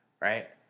right